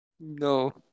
No